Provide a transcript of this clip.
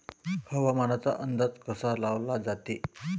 हवामानाचा अंदाज कसा लावला जाते?